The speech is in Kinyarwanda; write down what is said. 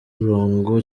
umurongo